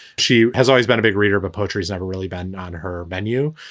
she has always been a big reader, but poetry has never really been on her menu.